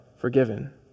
forgiven